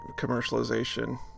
commercialization